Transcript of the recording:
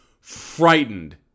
frightened